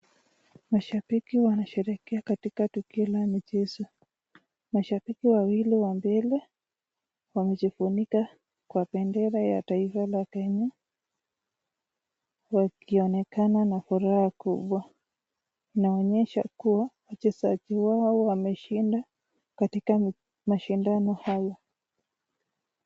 Mashabiki wanasheherekea katika tukio la michezo. Mashabiki wawili wa mbele wamejifunika kutumia bendera ya taifa la Kenya, wakionekana na furaha kubwa. inaonyesha kua wachezaji hao wameshinda katika mashindano hayo.